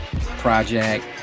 project